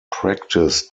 practise